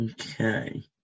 Okay